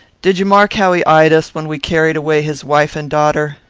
did you mark how he eyed us when we carried away his wife and daughter?